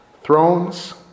Thrones